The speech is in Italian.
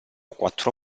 quattro